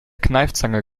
kneifzange